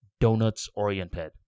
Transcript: donuts-oriented